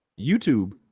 YouTube